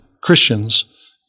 Christians